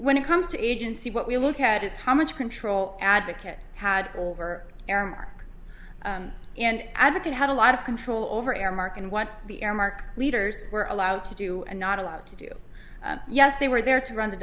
when it comes to agency what we look at is how much control advocate had over there and advocate had a lot of control over aramark and what the aramark leaders were allowed to do and not allowed to do yes they were there to run the